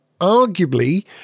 arguably